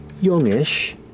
youngish